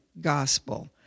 gospel